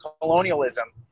colonialism